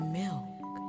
milk